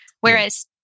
whereas